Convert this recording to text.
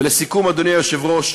ולסיכום, אדוני היושב-ראש,